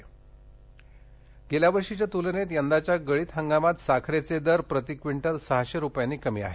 साखर गेल्यावर्षीच्या तुलनेत यंदाच्या गळीत हंगामात साखरेचे दर प्रतिक्विंटल सहाशे रुपयांनी कमी आहेत